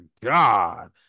god